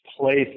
place